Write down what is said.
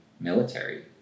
military